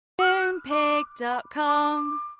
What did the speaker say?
Moonpig.com